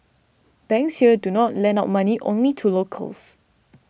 banks here do not lend out money only to locals